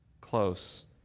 close